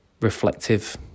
reflective